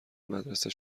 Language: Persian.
مدرسه